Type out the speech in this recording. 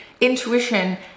intuition